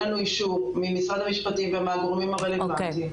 לנו אישור ממשרד המשפטים ומהגורמים הרלוונטיים,